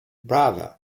bravo